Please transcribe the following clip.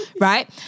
Right